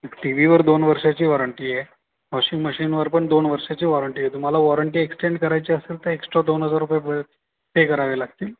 T वीवर दोन वर्षाची वॉरंटी आहे वॉशिंग मशीनवर पण दोन वर्षाची वॉरंटी आहे तुम्हाला वॉरंटी एक्सटेंड करायची असेल तर एक्सट्रा दोन हजार रुपये पे पे करावे लागतील